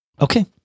Okay